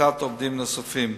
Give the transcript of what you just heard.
לקליטת עובדים נוספים.